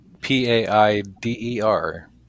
P-A-I-D-E-R